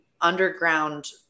underground